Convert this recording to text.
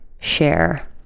share